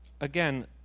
again